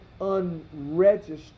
unregistered